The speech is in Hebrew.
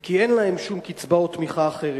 כי אין להם שום קצבאות תמיכה אחרת.